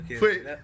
Wait